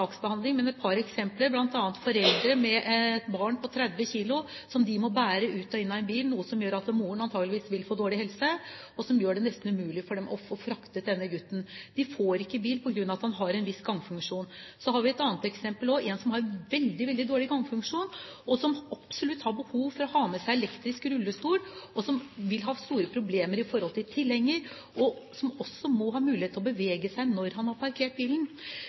barn på 30 kg som de må bære ut og inn av en bil – noe som gjør at moren antageligvis vil få dårlig helse – og dette gjør det nesten umulig for dem å frakte denne gutten. De får ikke bil på grunn av at han har en viss gangfunksjon. Så har vi et annet eksempel med en som har en veldig, veldig dårlig gangfunksjon og som absolutt har behov for å ha med seg elektrisk rullestol. Han vil ha store problemer i forhold til tilhenger, og han må ha mulighet til å bevege seg når han har parkert bilen.